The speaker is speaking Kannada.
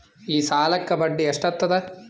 ಈ ಸಾಲಕ್ಕ ಬಡ್ಡಿ ಎಷ್ಟ ಹತ್ತದ?